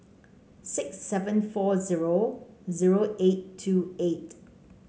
six seven four zero zero eight two eight